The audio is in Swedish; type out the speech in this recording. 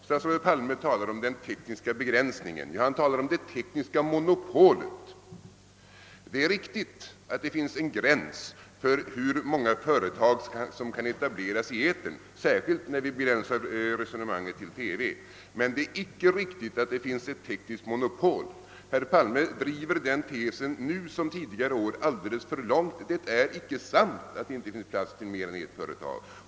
Statsrådet Palme talar om den tekniska begränsningen, ja, om det tekniska monopolet. Det är riktigt att det finns en gräns för hur många företag som kan etableras i etern — särskilt när vi begränsar resonemanget till att gälla TV — men det är inte riktigt att det finns ett tekniskt monopol. Herr Palme driver den tesen nu som tidigare år alldeles för långt. Det är inte sant att det inte finns plats för mer än ett företag.